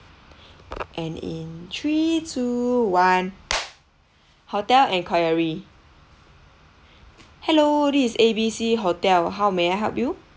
and in three two one hotel enquiry hello this is A B C hotel how may I help you